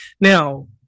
Now